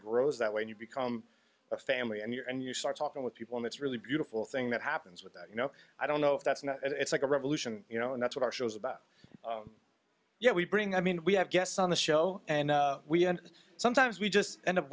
grows that way you become a family and you're and you start talking with people and it's really beautiful thing that happens with that you know i don't know if that's not it's like a revolution you know and that's what our show is about you know we bring i mean we have guests on the show and we end sometimes we just end up